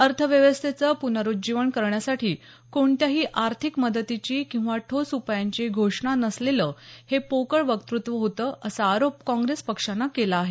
अर्थव्यवस्थेचं पुनरुज्जीवन करण्यासाठी कोणत्याही आर्थिक मदतीची किंवा ठोस उपायांची घोषणा नसलेलं हे पोकळ वक्तृत्त्व होतं असा आरोप काँग्रेस पक्षानं केला आहे